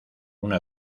una